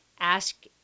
ask